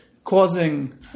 Causing